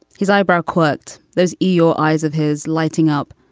his eyebrow cooked those eeyore eyes of his lighting up,